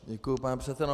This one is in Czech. Děkuji, pane předsedo.